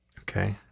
Okay